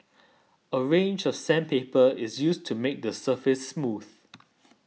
a range of sandpaper is used to make the surface smooth